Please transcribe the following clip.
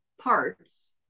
parts